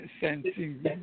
Sensing